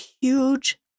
huge